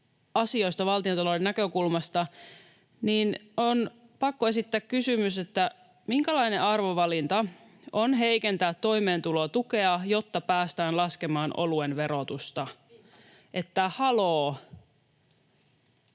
asioista valtiontalouden näkökulmasta, on kyllä pakko esittää kysymys, minkälainen arvovalinta on heikentää toimeentulotukea, jotta päästään laskemaan oluen verotusta. Että